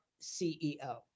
ceo